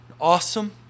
awesome